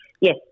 Yes